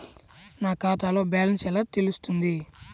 నా ఖాతాలో బ్యాలెన్స్ ఎలా తెలుస్తుంది?